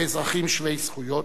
כאזרחים שווי זכויות,